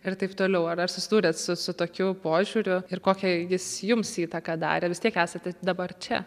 ir taip toliau ar ar susidūrėt su su tokiu požiūriu ir kokią jis jums įtaką darė vis tiek esate dabar čia